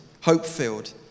hope-filled